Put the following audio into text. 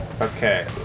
Okay